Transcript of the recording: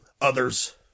others